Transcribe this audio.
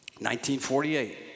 1948